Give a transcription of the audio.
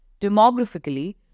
Demographically